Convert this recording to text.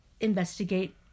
investigate